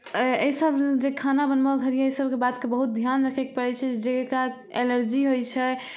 एहि सब एहि जे खाना बनबऽ घड़ी एहि सबके बातके बहुत ध्यान रखेके पड़ै छै जेकरा एलर्जी होइ छै